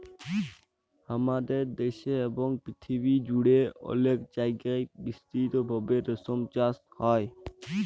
হামাদের দ্যাশে এবং পরথিবী জুড়ে অলেক জায়গায় বিস্তৃত ভাবে রেশম চাস হ্যয়